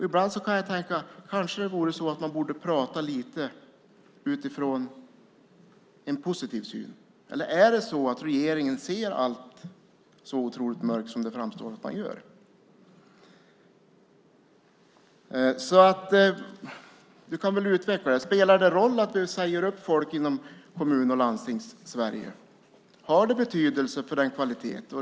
Ibland kan jag tänka att kanske borde man prata lite utifrån en positiv syn. Eller ser regeringen allt så otroligt mörkt som det framstår att man gör? Spelar det roll att vi säger upp folk inom Kommun och Landstingssverige? Har det betydelse för kvaliteten?